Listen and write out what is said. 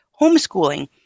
homeschooling